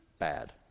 bad